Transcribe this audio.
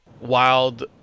wild